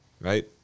right